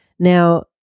Now